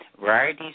varieties